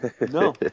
No